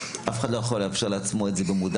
אף אחד לא יכול לאפשר לעצמו את זה במודע